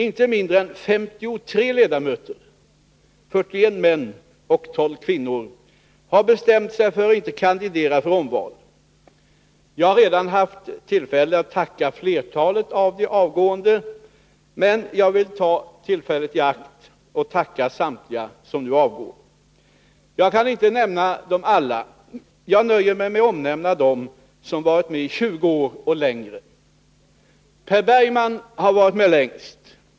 Inte mindre än 53 ledamöter, 41 män och 12 kvinnor, har bestämt sig för att inte kandidera för omval. Jag har redan haft tillfälle att tacka flertalet av de avgående, men vill ta tillfället i akt att tacka samtliga nu som avgår. Jag kan inte nämna alla. Jag nöjer mig med att omnämna dem som varit med i 20 år och längre. Per Bergman har varit med längst.